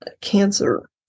Cancer